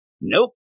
Nope